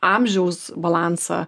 amžiaus balansą